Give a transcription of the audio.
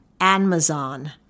Amazon